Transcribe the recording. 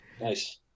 Nice